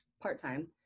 part-time